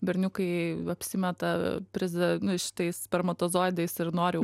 berniukai apsimeta priza nu šitais spermatozoidais ir nori